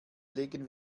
legen